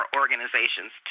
organizations